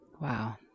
Wow